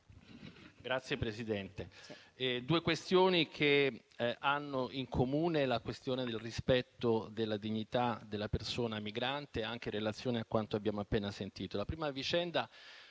vorrei sottolineare due questioni che hanno in comune il tema del rispetto della dignità della persona migrante, anche in relazione a quanto abbiamo appena sentito. La prima vicenda